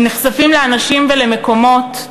הם נחשפים לאנשים ולמקומות,